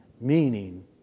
Meaning